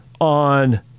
on